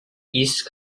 east